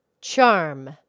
Charm